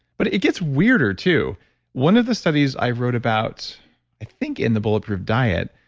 but it gets weirder, too one of the studies i wrote about, i think in the bulletproof diet,